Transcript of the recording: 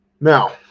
Now